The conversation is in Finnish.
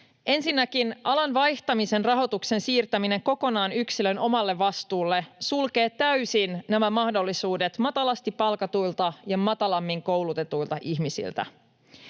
Ensinnäkin alan vaihtamisen rahoituksen siirtäminen kokonaan yksilön omalle vastuulle sulkee täysin nämä mahdollisuudet matalasti palkatuilta ja matalammin koulutetuilta ihmisiltä.